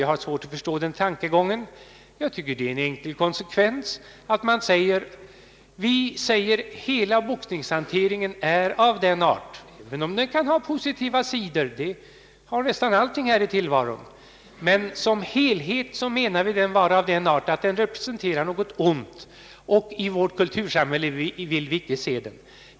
Jag har svårt att förstå den tankegången och anser att den enkla konsekvensen gör att man säger: Boxningen kan ha positiva sidor, ty det har nästan allt här i världen, men som helhet är denna hantering av den arten att den represente rar något ont, och i vårt kultursamhälle vill vi inte se den.